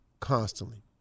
constantly